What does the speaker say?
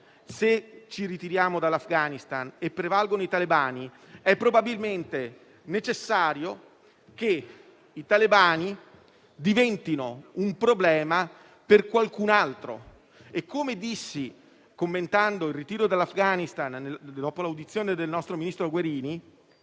ci ritiriamo dall'Afghanistan e prevalgono i talebani, è necessario probabilmente che i talebani diventino un problema per qualcun altro. Come dissi commentando il ritiro dall'Afghanistan, dopo l'audizione del ministro Guerini,